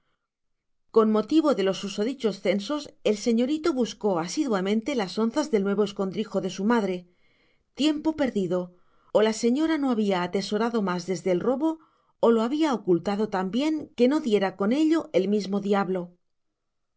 con motivo de los susodichos censos el señorito buscó asiduamente las onzas del nuevo escondrijo de su madre tiempo perdido o la señora no había atesorado más desde el robo o lo había ocultado tan bien que no diera con ello el mismo diablo